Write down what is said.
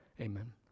Amen